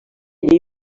llei